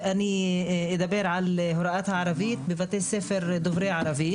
אדבר על הוראת הערבית בבתי ספר דוברי עברית.